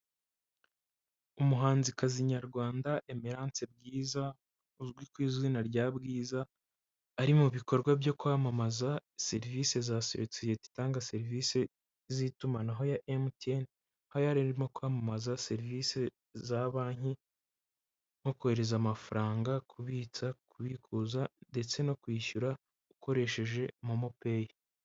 Umuhanzikazi nyarwanda Emerance Bwiza uzwi ku izina rya Bwiza ari mu bikorwa byo kwamamaza serivisi za sosiyete itanga serivisi z'itumanaho ya mtn, aho arimo kwamamaza serivisi za banki nko kohereza amafaranga kubitsa kubikuza ndetse no kwishyura ukoresheje momopeyi.